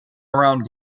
around